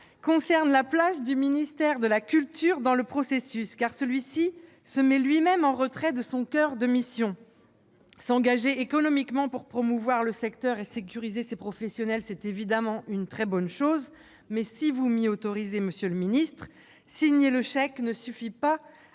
concerne la place du ministère de la culture dans le processus. Celui-ci se met lui-même en retrait de son coeur de mission. S'engager économiquement pour promouvoir le secteur et sécuriser ses professionnels est évidemment une bonne chose, mais, si vous m'y autorisez, monsieur le ministre, signer le chèque ne suffit pas